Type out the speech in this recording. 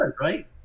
right